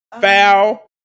Foul